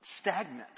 stagnant